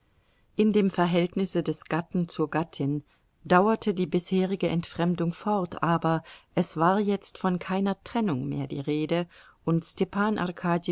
in dem verhältnisse des gatten zur gattin dauerte die bisherige entfremdung fort aber es war jetzt von keiner trennung mehr die rede und stepan